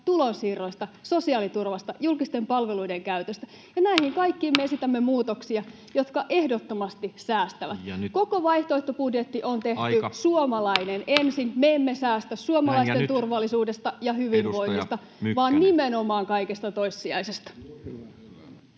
tulonsiirroista, sosiaaliturvasta ja julkisten palveluiden käytöstä. Näihin kaikkiin me esitämme muutoksia, jotka ehdottomasti säästävät. [Puhemies: Nyt, aika!] Koko vaihtoehtobudjetti on tehty suomalainen ensin. Me emme säästä suomalaisten turvallisuudesta ja hyvinvoinnista vaan nimenomaan kaikesta toissijaisesta.